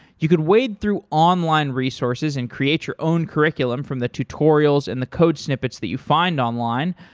you could wade through online resources and create your own curriculum from the tutorials and the code snippets that you find online,